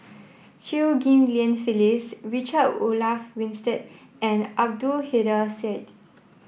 Chew Ghim Lian Phyllis Richard Olaf Winstedt and Abdul Kadir Syed